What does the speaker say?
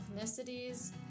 ethnicities